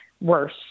worse